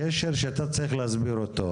לקשר שאתה צריך להסביר אותו.